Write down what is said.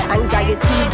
Anxiety